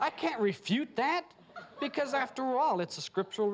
i can't refute that because after all it's a scriptural